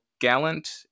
Gallant